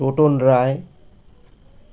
টোটোন রায়